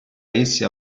essi